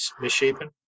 misshapen